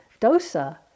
dosa